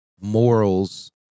morals